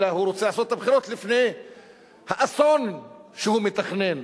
אלא הוא רוצה לעשות את הבחירות לפני האסון שהוא מתכנן